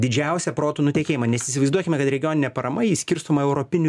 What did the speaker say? didžiausią protų nutekėjimą nes įsivaizduokime kad regioninė parama ji skirstoma europiniu